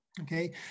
Okay